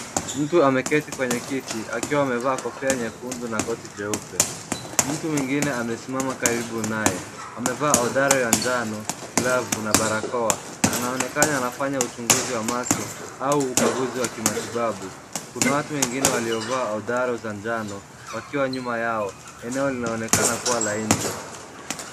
Mtu ameketi kwenye kiti, akiwa amevaa kofia ya nyekundu na koti jeupe. Mtu mwingine amesimama karibu naye, amevaa odare ya njano, glavu, na barakoa. Anaonekana anafanya uchunguzi wa macho, au ukaguzi wa kimatibabu. Kuna watu wengine waliovaa odara za njano, wakiwa nyuma yao, eneo linaonekana kuwa la nje.